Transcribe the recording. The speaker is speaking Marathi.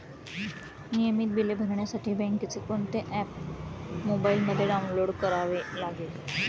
नियमित बिले भरण्यासाठी बँकेचे कोणते ऍप मोबाइलमध्ये डाऊनलोड करावे लागेल?